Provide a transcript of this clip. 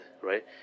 right